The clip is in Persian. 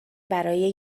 برای